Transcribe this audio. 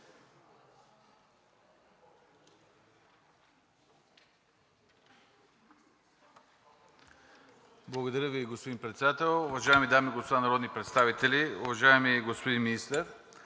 Благодаря Ви, господин Председател. Уважаеми дами и господа народни представители, уважаеми господин Министър!